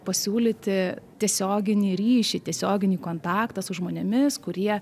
pasiūlyti tiesioginį ryšį tiesioginį kontaktą su žmonėmis kurie